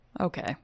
Okay